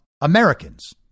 Americans